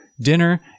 dinner